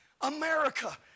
America